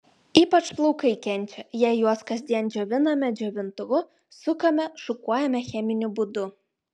ypač plaukai kenčia jei juos kasdien džioviname džiovintuvu sukame šukuojame cheminiu būdu